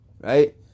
Right